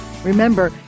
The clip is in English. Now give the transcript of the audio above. Remember